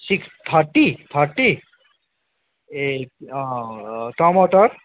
six thirty thirty ए टमटर